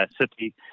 city